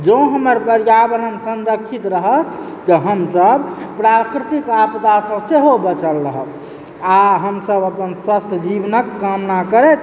जँ हमर पर्यावरण संरक्षित रहत तऽ हमसभ प्राकृतिक आपदासँ सेहो बचल रहब आ हमसभ अपन स्वस्थ जीबनक कामना करैत